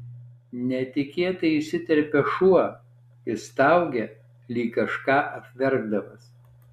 netikėtai įsiterpia šuo jis staugia lyg kažką apverkdamas